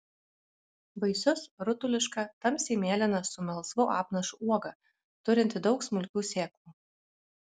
vaisius rutuliška tamsiai mėlyna su melsvu apnašu uoga turinti daug smulkių sėklų